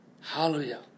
Hallelujah